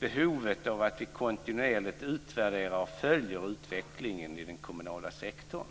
behovet av att kontinuerligt utvärdera och följa utvecklingen i den kommunala sektorn.